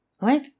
right